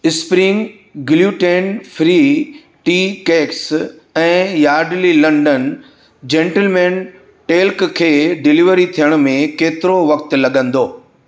spring gluten free tea cakes ऐं Yardley London gentleman talc खे delivery थियण में केतिरो वक़्तु लॻंदो